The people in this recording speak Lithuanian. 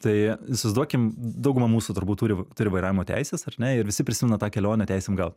tai įsivaizduokim dauguma mūsų turbūt turi turi vairavimo teises ar ne ir visi prisimena tą kelionę teisėm gaut